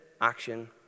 action